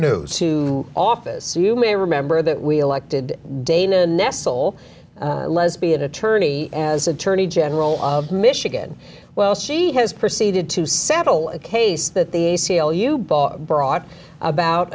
news to office you may remember that we elected dana nestle lesbian attorney as attorney general of michigan well she has proceeded to settle a case that the a c l u bought brought about